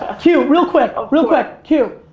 ah q, real quick, ah real quick, q.